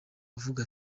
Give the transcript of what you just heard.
avuga